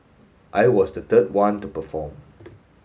I was the third one to perform